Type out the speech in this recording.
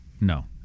No